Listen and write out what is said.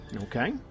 Okay